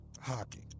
Hockey